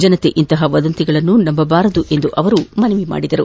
ಜನತೆ ಇಂತಪ ವದಂತಿಗಳನ್ನು ನಂಬಬಾರದು ಎಂದು ಮನವಿ ಮಾಡಿದರು